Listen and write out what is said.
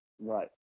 right